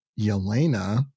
Yelena